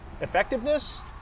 effectiveness